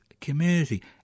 community